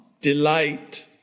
delight